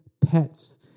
Pets